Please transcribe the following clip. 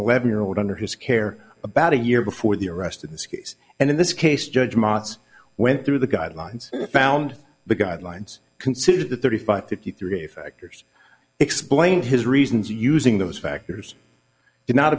eleven year old under his care about a year before the arrest in this case and in this case judge mots went through the guidelines found the guidelines considered the thirty five fifty three factors explain his reasons using those factors did not